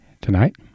tonight